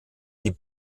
die